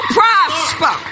prosper